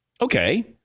Okay